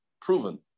proven